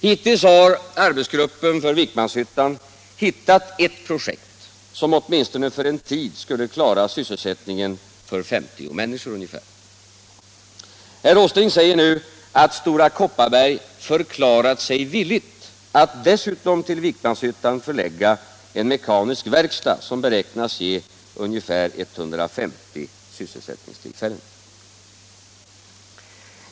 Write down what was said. Hittills har arbetsgruppen hittat ett projekt som åtminstone under en tid skulle klara sysselsättningen för 50 människor. Herr Åsling säger nu att Stora Kopparberg ”förklarat sig villigt” att dessutom till Vikmanshyttan förlägga en mekanisk verkstad som beräknas ge ungefär 150 sysselsättningstillfällen.